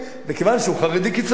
מכיוון שהוא חרדי קיצוני,